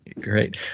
Great